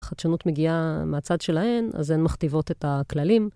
החדשנות מגיעה מהצד שלהן, אז הן מכתיבות את הכללים.